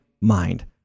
mind